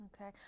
Okay